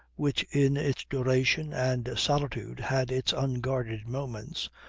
which in its duration and solitude had its unguarded moments,